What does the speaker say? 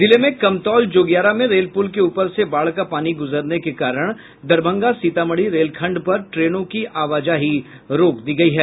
जिले में कमतौल जोगियारा में रेल पुल के ऊपर से बाढ़ का पानी गुजरने के कारण दरभंगा सीतामढ़ी रेलखंड पर ट्रेनों की आवाजाही रोक दी गयी है